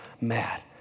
mad